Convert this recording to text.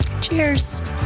Cheers